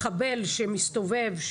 מחבל שמסתובב,